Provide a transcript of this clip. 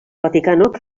vaticanok